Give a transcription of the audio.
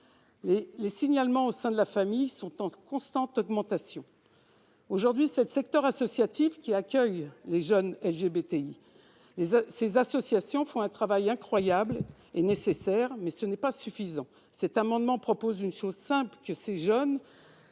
Les signalements au sein de la famille sont en constante augmentation. Aujourd'hui, c'est le secteur associatif qui accueille les jeunes LGBTI. Ces associations font un travail incroyable et nécessaire, mais ce n'est pas suffisant. Cet amendement prévoit une mesure simple, c'est-à-dire